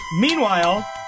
meanwhile